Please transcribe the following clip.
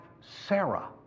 Sarah